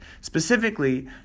Specifically